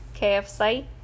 KFC